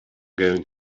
going